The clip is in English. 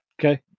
Okay